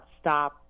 stop